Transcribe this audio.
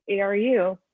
ARU